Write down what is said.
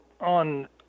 on